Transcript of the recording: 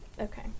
Okay